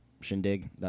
shindig